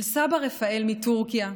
של סבא רפאל מטורקיה,